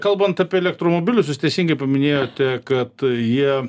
kalbant apie elektromobilius jūs teisingai paminėjote kad jie